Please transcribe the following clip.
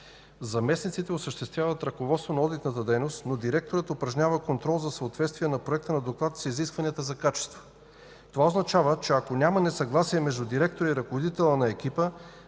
Заместниците осъществяват ръководство на одитната дейност, но директорът упражнява контрол за съответствие на проекта на доклад с изискванията за качество. Това означава, че ако няма несъгласие между директора и ръководителя на екипа,